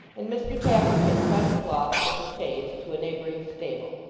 and mr tappertit trundled off with the chaise to a neighbouring stable.